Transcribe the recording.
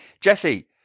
Jesse